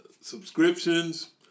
subscriptions